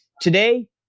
Today